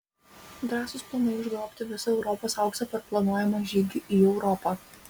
drąsūs planai užgrobti visą europos auksą per planuojamą žygį į europą